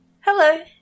hello